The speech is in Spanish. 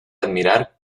admirar